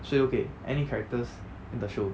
谁都可以 any characters in the show